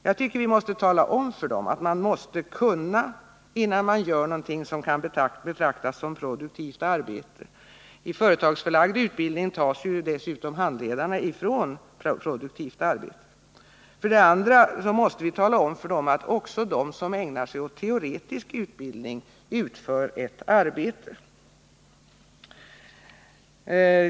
Jag tycker att vi måste tala om för dem att man måste kunna, innan man gör någonting som kan betraktas som produktivt arbete. I företagsförlagd utbildning tas ju dessutom handledarna ifrån produktivt arbete. Vi måste också tala om för dessa ungdomar att även de som ägnar sig åt teoretisk utbildning utför ett arbete.